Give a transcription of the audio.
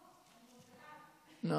בעד.